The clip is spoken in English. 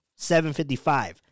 755